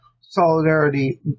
Solidarity